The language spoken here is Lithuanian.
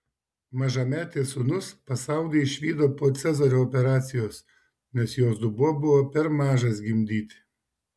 mažametės sūnus pasaulį išvydo po cezario operacijos nes jos dubuo buvo per mažas gimdyti